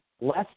less